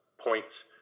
points